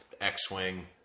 X-Wing